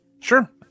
Sure